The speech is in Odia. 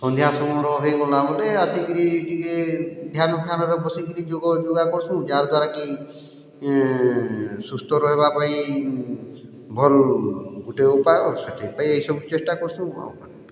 ସନ୍ଧ୍ୟା ସମୟର ରହିଗଲା ବେଲେ ଆସିକିରି ଟିକେ ଧ୍ୟାନ ଫ୍ୟାନରେ ବସିକିରି ଯୋଗ ଯୋଗା କର୍ସୁଁ ଯାହା ଦ୍ୱାରାକି ସୁସ୍ଥ ରହିବା ପାଇଁ ଭଲ୍ ଗୁଟେ ଉପାୟ ବା ଏସବୁ ଚେଷ୍ଟା କର୍ସୁଁ ଆଉ କାଣା